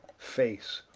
face,